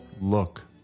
look